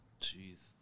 jeez